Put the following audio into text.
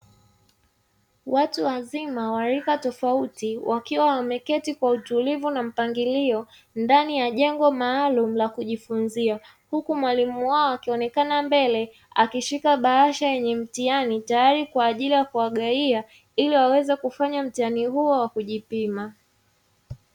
Watu wazima wa rika tofauti wakiwa wameketi katika utulivu na mpangilio ndani ya jengo maalumu la kujifunzia. Huku mwalimu wao akionekana mbele, akishika bahasha yenye mtihani tayari kwa ajili ya kuwagawia ili waweze kufanya mtihani huo wakujipima.